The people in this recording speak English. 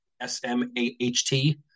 S-M-A-H-T